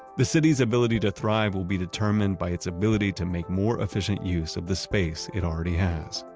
the city's ability to thrive will be determined by its ability to make more efficient use of the space it already has.